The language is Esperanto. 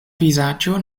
vizaĝo